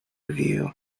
review